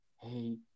hey